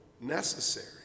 necessary